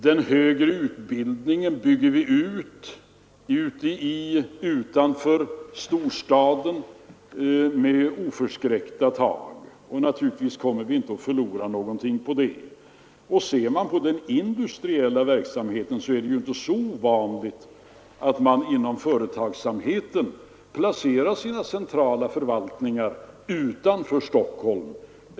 Den högre utbildningen bygger vi ut utanför storstaden med oförskräckta tag, och naturligtvis kommer vi inte att förlora någonting på det. Och inom den industriella verksamheten är det ju inte heller så ovanligt att företagsamheten lägger sina centrala förvaltningar utanför Stockholm.